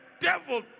devil